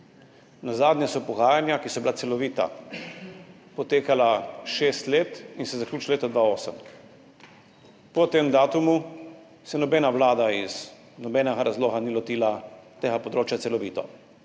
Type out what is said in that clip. Nazadnje so pogajanja, ki so bila celovita, potekala šest let in se zaključila leta 2008. Po tem datumu se nobena vlada iz nobenega razloga ni lotila tega področja celovito.